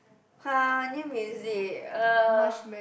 !huh! name is it uh